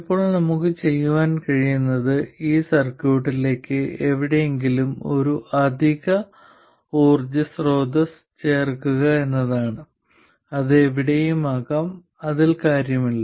ഇപ്പോൾ നമുക്ക് ചെയ്യാൻ കഴിയുന്നത് ഈ സർക്യൂട്ടിലേക്ക് എവിടെയെങ്കിലും ഒരു അധിക ഊർജ്ജ സ്രോതസ്സ് ചേർക്കുക എന്നതാണ് അത് എവിടെയും ആകാം അതിൽ കാര്യമില്ല